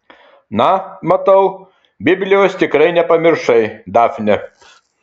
na matau biblijos tikrai nepamiršai dafne